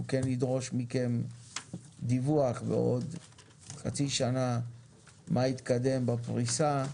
אנחנו כן נדרוש מכם דיווח בעוד חצי שנה מה התקדם בפריסה,